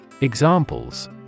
Examples